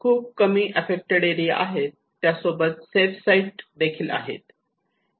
खूप कमी affected area आहेत त्यासोबत सेफ साईट देखील आहेत